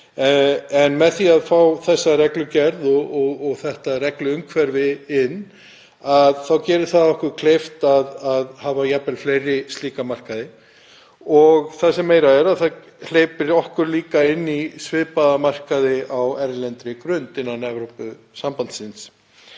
en það að fá þessa reglugerð og þetta regluumhverfi inn gerir okkur kleift að hafa jafnvel fleiri slíka markaði og það sem meira er, það hleypir okkur líka inn í svipaða markaði á erlendri grundu innan Evrópusambandsins.